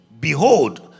behold